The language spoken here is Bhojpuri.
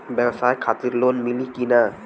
ब्यवसाय खातिर लोन मिली कि ना?